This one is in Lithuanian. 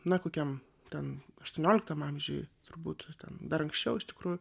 na kokiam ten aštuonioliktam amžiui turbūt ten dar anksčiau iš tikrųjų